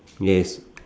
yes